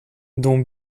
dont